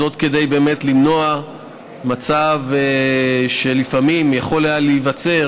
כדי למנוע מצב שלפעמים יכול היה להיווצר,